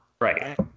Right